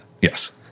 Yes